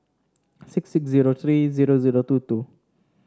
six six zero three zero zero two two